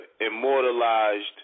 immortalized